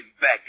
back